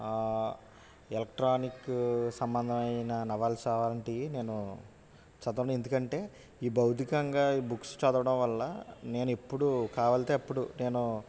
electronic సంబంధమైన novels అలాంటివి నేను చదవను ఎందుకంటే ఈ భౌతికంగా ఈ బుక్స్ చదవడం వల్ల నేను ఇప్పుడు కావాస్తే అప్పుడు నేను